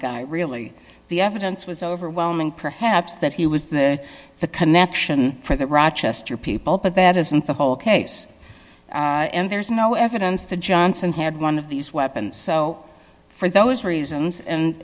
guy really the evidence was overwhelming perhaps that he was the the connection for the rochester people but that isn't the whole case and there's no evidence that johnson had one of these weapons so for those reasons and